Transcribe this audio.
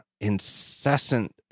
incessant